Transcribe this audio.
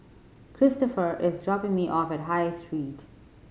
Cristofer is dropping me off at High Street